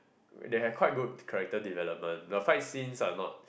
they have quite good character development but fight scenes are not